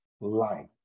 life